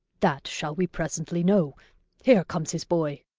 that shall we presently know here comes his boy.